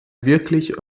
wirklich